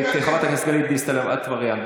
חברת הכנסת גלית דיסטל אטבריאן,